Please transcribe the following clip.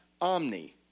Omni